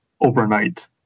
overnight